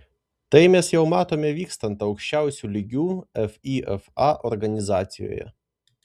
tai mes jau matome vykstant aukščiausiu lygiu fifa organizacijoje